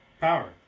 power